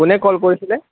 কোনে কল কৰিছিলে